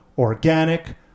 organic